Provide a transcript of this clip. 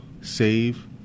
save